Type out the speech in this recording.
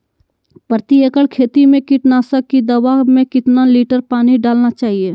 प्रति एकड़ खेती में कीटनाशक की दवा में कितना लीटर पानी डालना चाइए?